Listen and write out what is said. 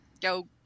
go